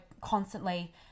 constantly